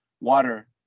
water